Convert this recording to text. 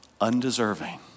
undeserving